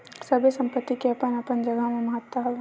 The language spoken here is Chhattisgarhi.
सबे संपत्ति के अपन अपन जघा म महत्ता हवय